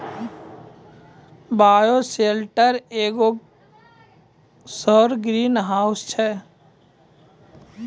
bioshelter एगो सौर greenhouse छै